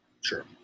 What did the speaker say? sure